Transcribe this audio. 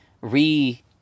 re-